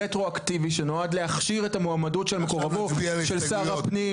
רטרואקטיבי שנועד להכשיר את המועמדות של מקורבו של שר הפנים